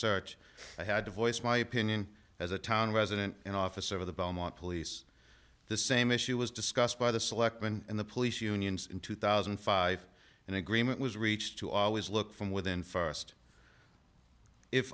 search i had to voice my opinion as a town resident and officer of the belmont police the same issue was discussed by the selectmen and the police unions in two thousand and five and agreement was reached to always look from within st if